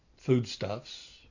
foodstuffs